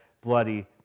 bloody